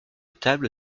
table